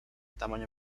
tamaño